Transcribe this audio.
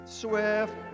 swift